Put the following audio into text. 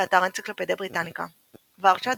באתר אנציקלופדיה בריטניקה ורשה,